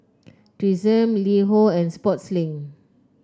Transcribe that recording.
Tresemme LiHo and Sportslink